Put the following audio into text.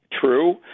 true